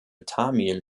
tamil